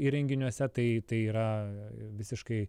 įrenginiuose tai tai yra visiškai